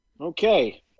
okay